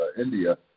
India